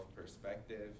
perspective